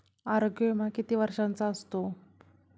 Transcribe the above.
आरोग्य विमा किती वर्षांचा असतो?